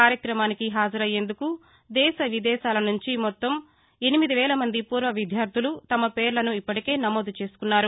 కార్యక్రమానికి హాజరయ్యేందుకు దేశ విదేశాల నుంచి మొత్తం ఎనిమిది వేల మంది పూర్వ విద్యార్థులు తమ పేర్లను ఇప్పటికే నమోదు చేసుకున్నారు